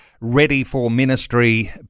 ready-for-ministry